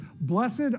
Blessed